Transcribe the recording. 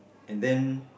and then